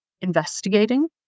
investigating